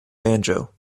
banjo